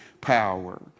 power